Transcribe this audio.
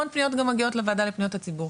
המון פניות גם מגיעות לפניות הציבור.